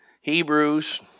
Hebrews